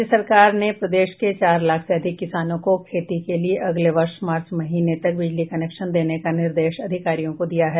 राज्य सरकार ने प्रदेश के चार लाख से अधिक किसानों को खेती के लिए अगले वर्ष मार्च महीने तक बिजली कनेक्शन देने का निर्देश अधिकारियों को दिया है